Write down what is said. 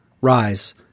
Rise